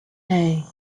hey